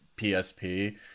psp